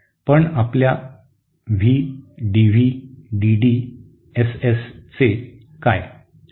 पण आपल्या V DV D D S S चे V DV DDSS काय